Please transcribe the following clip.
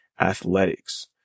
Athletics